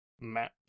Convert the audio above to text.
Maps